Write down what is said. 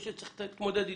שצריך להתמודד אתו.